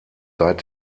seit